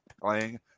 playing